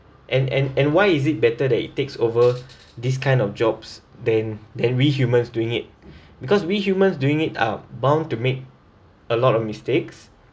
and and and why is it better that it takes over this kind of jobs than than we humans doing it because we humans doing it are bound to make a lot of mistakes